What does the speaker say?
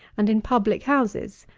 and in public-houses,